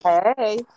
hey